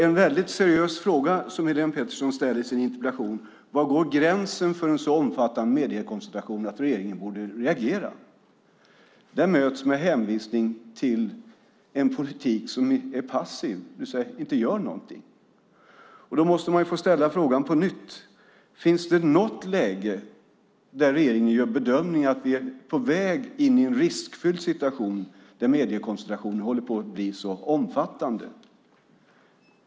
En seriös fråga som den Helene Petersson ställer - var går gränsen för en så omfattande mediekoncentration att regeringen borde reagera? - möts med hänvisning till en politik som är passiv och inte gör något. Då måste man få ställa frågan på nytt. Finns det något läge där regeringen bedömer att vi är på väg in i en riskfylld situation där mediekoncentrationen håller på att bli för omfattande?